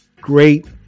great